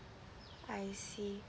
I see